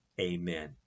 amen